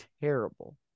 terrible